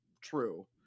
true